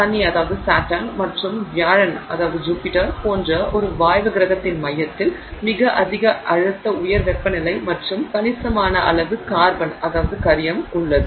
சனி அல்லது வியாழன் போன்ற ஒரு வாயு கிரகத்தின் மையத்தில் மிக அதிக அழுத்த உயர் வெப்பநிலை மற்றும் கணிசமான அளவு கார்பன் உள்ளது